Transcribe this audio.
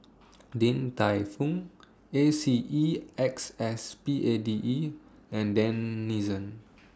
Din Tai Fung A C E X S P A D E and Denizen